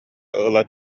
ыла